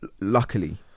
luckily